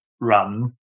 run